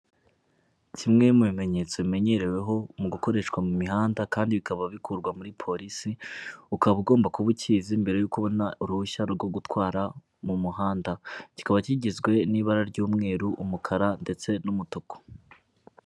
Kimwe mu bimenyetso bimenyereweho mu gukoreshwa mu mihanda kandi bikaba bikurwa muri polisi, ukaba ugomba kuba ukizi mbere y'uko ubona uruhushya rwo gutwara mu muhanda, kikaba kigizwe n'ibara ry'umweru umukara ndetse n'umutuku.